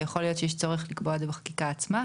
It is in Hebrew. ויכול להיות שיש צורך לקבוע את זה בחקיקה עצמה.